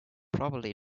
probably